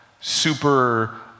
super